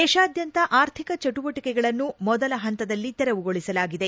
ದೇಶಾದ್ಯಂತ ಆರ್ಥಿಕ ಚಟುವಟಿಕೆಗಳನ್ನು ಮೊದಲ ಪಂತದಲ್ಲಿ ತೆರವುಗೊಳಿಸಲಾಗಿದೆ